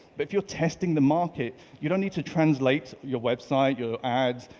but if you're testing the market, you don't need to translate your website, your ads,